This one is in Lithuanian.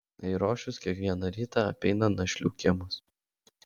eirošius kiekvieną rytą apeina našlių kiemus